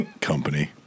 Company